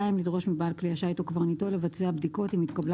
לדרוש מבעל כלי השיט או קברניטו לבצע בדיקות אם התקבלה